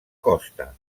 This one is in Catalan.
costa